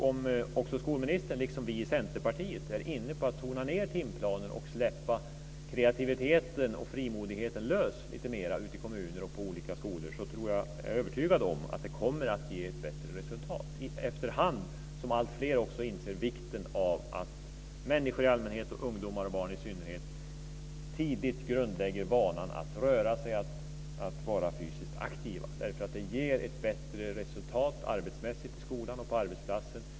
Om skolministern liksom vi i Centerpartiet är inne på att tona ned timplanen och släppa kreativiteten och frimodigheten lite mera lös ute i kommunerna och på olika skolor, är jag övertygad om att det kommer att ge bättre resultat efterhand som alltfler inser vikten av att människor i allmänhet och barn och ungdomar i synnerhet tidigt grundlägger vanan att röra sig, att vara fysiskt aktiva. Det ger bättre resultat arbetsmässigt i skolan och på arbetsplatsen.